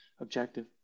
objective